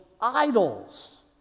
idols